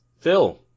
Phil